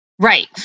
Right